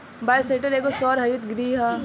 bioshelter एगो सौर हरित गृह ह